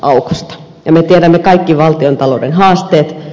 me tiedämme kaikki valtiontalouden haasteet